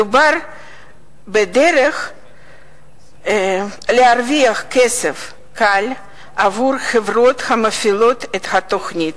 מדובר בדרך להרוויח כסף קל עבור החברות המפעילות את התוכנית,